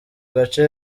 gace